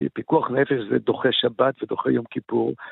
פיקוח נפש ודוחה שבת ודוחה יום כיפור.